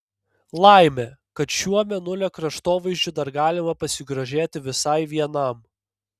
laimė kad šiuo mėnulio kraštovaizdžiu dar galima pasigrožėti visai vienam